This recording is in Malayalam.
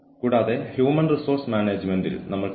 കൂടാതെ കഴിയുന്നിടത്തോളം രേഖകളുടെ രഹസ്യസ്വഭാവം സൂക്ഷിക്കുക